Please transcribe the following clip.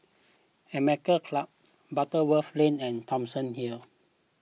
American Club Butterworth Lane and Thomson Hill